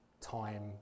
time